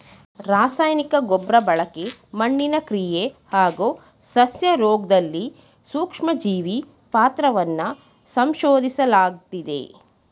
ರಾಸಾಯನಿಕ ಗೊಬ್ರಬಳಕೆ ಮಣ್ಣಿನ ಕ್ರಿಯೆ ಹಾಗೂ ಸಸ್ಯರೋಗ್ದಲ್ಲಿ ಸೂಕ್ಷ್ಮಜೀವಿ ಪಾತ್ರವನ್ನ ಸಂಶೋದಿಸ್ಲಾಗಿದೆ